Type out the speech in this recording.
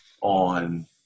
on